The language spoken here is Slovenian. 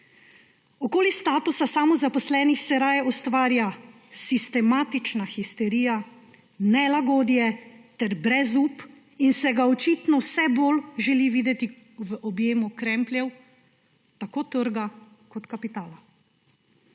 Okoli statusa samozaposlenih se raje ustvarja sistematična histerija, nelagodje ter brezup in se ga očitno vse bolj želi videti v objemu krempljev tako trga kot kapitala.